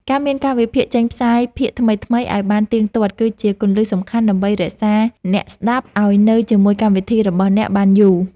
ការមានកាលវិភាគចេញផ្សាយភាគថ្មីៗឱ្យបានទៀងទាត់គឺជាគន្លឹះសំខាន់ដើម្បីរក្សាអ្នកស្តាប់ឱ្យនៅជាមួយកម្មវិធីរបស់អ្នកបានយូរ។